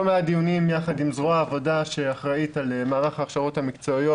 מעט דיונים יחד עם זרוע העבודה שאחראית על מערך ההכשרות המקצועיות,